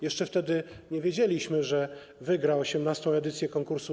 Jeszcze wtedy nie wiedzieliśmy, że wygra on tę edycję konkursu.